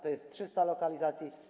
To jest 300 lokalizacji.